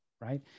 Right